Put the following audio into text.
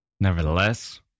Nevertheless